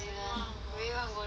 really wanna go there